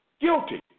guilty